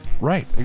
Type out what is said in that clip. right